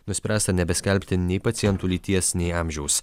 nuspręsta nebeskelbti nei pacientų lyties nei amžiaus